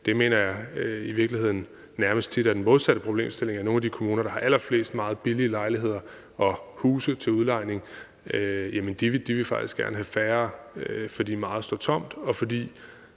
virkeligheden nærmest tit er den modsatte problemstilling, altså at nogle af de kommuner, der har allerflest af de meget billige lejligheder og huse til udlejning, faktisk gerne vil have færre, fordi meget står tomt, og fordi